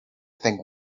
think